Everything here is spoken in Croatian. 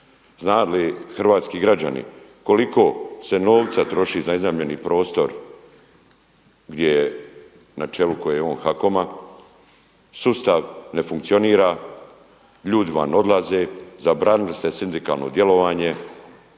Znaju li hrvatski građani koliko se novca troši za iznajmljeni prostor na čelu koje je on HAKOM-a. sustav ne funkcionira, ljudi vam odlaze, zabranili ste sindikalno djelovanje,